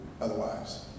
otherwise